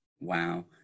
Wow